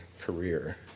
career